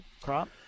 crop